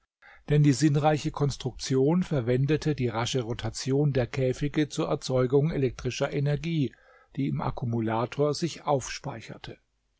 denn die sinnreiche konstruktion verwendete die rasche rotation der käfige zur erzeugung elektrischer energie die im akkumulator sich